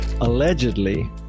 Allegedly